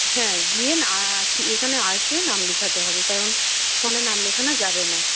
হ্যাঁ গিয়ে এখানে আসে নাম লেখাতে হবে কারণ ফোনে নাম লেখানো যাবে না